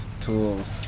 tools